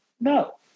No